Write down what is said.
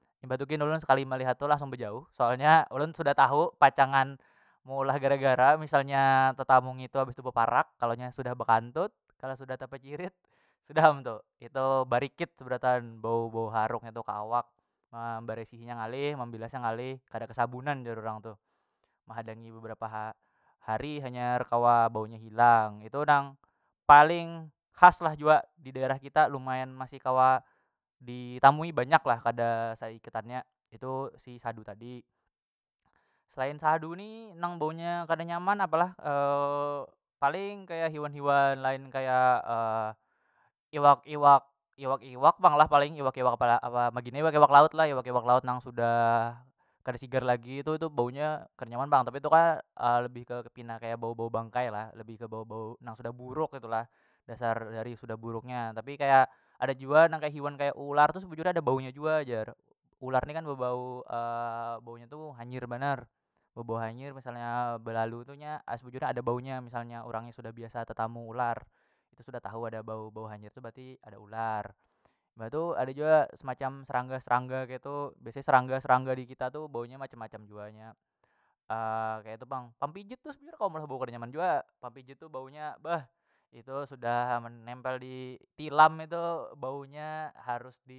Imbah tu gin ulun sekali melihat tu langsung bejauh soalnya ulun sudah tahu pacangan meulah gara- gara misalnya tetamu ngitu habis tu beparak kalo nya sudah bekantut kalo sudah tapicirit sudah am tu itu barikit seberataan bau- bau haruk nya tu ke awak memberesihi nya ngalih membilas nya ngalih kada kesabunan jar orang tu mehadangi beberapa ha- hari hanyar kawa baunya hilang ketu nang paling khas lah jua di daerah kita lumayan masih kawa ditamui banyak lah kada saikatan nya itu si sadu tadi. Selain sadu ni nang bau nya kada nyaman apa lah paling kaya hiwan- hiwan lain kaya iwak- iwak iwak pang lah paling iwak- iwak kepala apa makinnya iwak- iwak laut lah iwak- iwak laut nang sudah kada sigar lagi tu itu baunya kada nyaman pang tapi itu kan lebih ke ke pina bau- bau bangkai lah lebih ke bau- bau nang sudah buruk ketu lah dasar dari sudah buruknya, tapi kaya ada jua nang hiwan kaya ular tu sebujurnya ada bau nya jua jar ular ni bebau bau nya tu hanyir banar bebau hanyir misalnya belalu tu nya sebujurnya ada baunya misalnya urang nya sudah biasa tetamu ular itu sudah tahu ada bau- bau hanyir tu berarti ada ular. Mbah tu ada jua semacam serangga- serangga keitu biasanya serangga- serangga dikita tu bau nya macam- macam jua inya keitu pang pampijit tu sebujurnya kawa meulah bau kada nyaman jua pampijit tu baunya beh itu sudah mun nempel ditilam itu bau nya harus di.